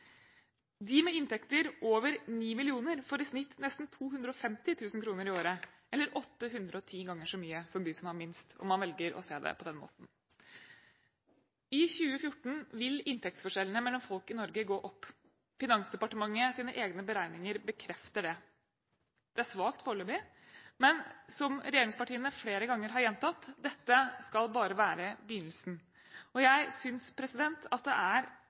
De med inntekter over 9 mill. kr får i snitt nesten 250 000 kr i året, eller 810 ganger så mye som de som har minst – om man velger å se det på den måten. I 2014 vil inntektsforskjellene mellom folk i Norge gå opp. Finansdepartementets egne beregninger bekrefter det. Det er svakt foreløpig, men som regjeringspartiene flere ganger har gjentatt: Dette skal bare være begynnelsen. Jeg synes det er